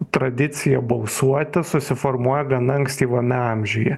tradicija balsuoti susiformuoja gana ankstyvame amžiuje